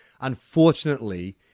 unfortunately